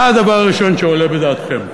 מה הדבר הראשון שעולה בדעתכם?